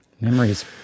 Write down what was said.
Memories